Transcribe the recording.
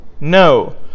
No